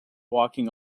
walking